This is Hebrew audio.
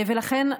ולכן,